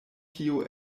tio